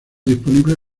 disponible